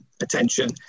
attention